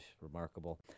remarkable